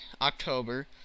October